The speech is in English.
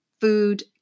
food